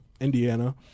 Indiana